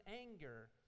anger